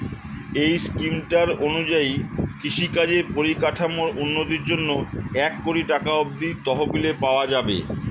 এই স্কিমটার অনুযায়ী কৃষিকাজের পরিকাঠামোর উন্নতির জন্যে এক কোটি টাকা অব্দি তহবিল পাওয়া যাবে